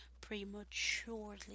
prematurely